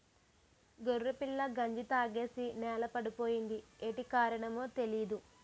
గొర్రెపిల్ల గంజి తాగేసి నేలపడిపోయింది యేటి కారణమో తెలీదు